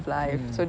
mm